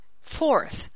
fourth